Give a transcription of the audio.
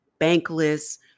Bankless